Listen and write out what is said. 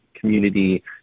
community